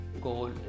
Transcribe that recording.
goal